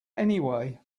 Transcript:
anyway